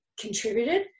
contributed